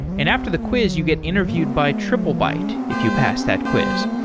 and after the quiz you get interviewed by triplebyte if you pass that quiz.